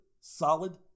solid